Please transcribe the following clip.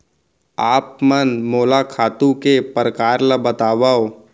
आप मन मोला खातू के प्रकार ल बतावव?